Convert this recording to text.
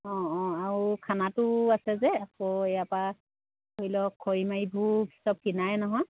অঁ অঁ আৰু খানাটো আছে যে আকৌ ইয়াৰপৰা ধৰি লওক খৰি মাৰিবোৰ চব কিনায়ে নহয়